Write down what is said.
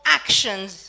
actions